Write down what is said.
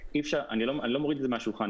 אני לא מוריד את זה מהשולחן,